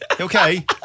okay